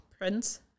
Prince